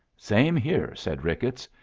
same here, said ricketts.